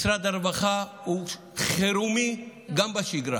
משרד הרווחה הוא חירומי גם בשגרה.